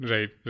Right